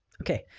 okay